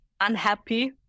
unhappy